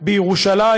בירושלים.